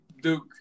Duke